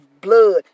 blood